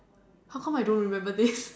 how come I don't remember this